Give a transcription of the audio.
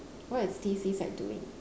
what is T_C side doing